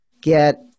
get